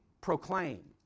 proclaim